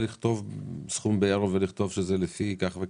לפי דרישתו - את כל המסמכים והנתונים הנוגעים לעסקה